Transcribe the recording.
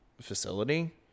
facility